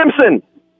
Simpson